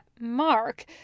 Mark